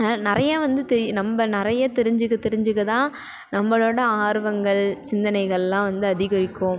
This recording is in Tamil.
நிறையா வந்துதெ நம்ம நிறையா தெரிஞ்சிக்க தெரிஞ்சிக்க தான் நம்மளோட ஆர்வங்கள் சிந்தனைகள்லாம் வந்து அதிகரிக்கும்